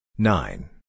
Nine